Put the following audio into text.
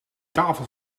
tafel